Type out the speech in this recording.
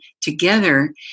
together